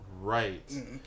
Right